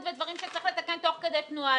ודברים שצריך לתקן תוך כדי תנועה.